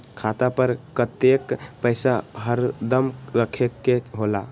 खाता पर कतेक पैसा हरदम रखखे के होला?